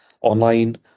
online